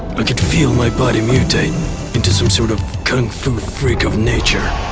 but could feel my body mutate into some sort of kung fu freak of nature.